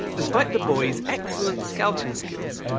despite the boy's excellent scouting skills,